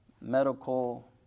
medical